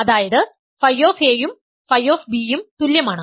അതായത്ф യും ф യും തുല്യമാണ്